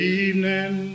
evening